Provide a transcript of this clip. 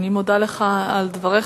אני מודה לך על דבריך,